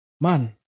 man